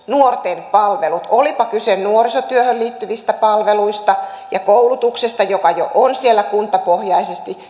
nuorten palveluiden lisäksi olipa kyse nuorisotyöhön liittyvistä palveluista tai koulutuksesta joka jo on siellä kuntapohjaisesti